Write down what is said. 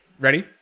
ready